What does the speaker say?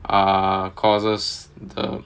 ah causes the